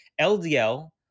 LDL